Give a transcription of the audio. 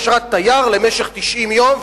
אשרת תייר למשך 90 יום,